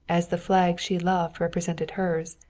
as the flag she loved represented hers.